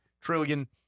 trillion